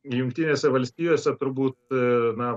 jungtinėse valstijose turbūt na